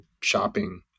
shopping